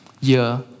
year